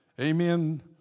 Amen